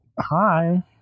Hi